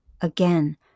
Again